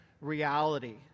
reality